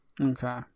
Okay